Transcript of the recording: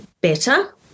better